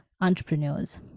entrepreneurs